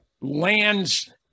lands